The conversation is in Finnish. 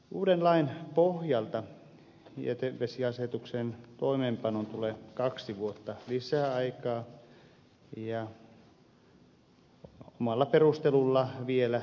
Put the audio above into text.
uuden lain pohjalta jätevesiasetuksen toimeenpanoon tulee kaksi vuotta lisää aikaa ja omalla perustelulla vielä neljä vuotta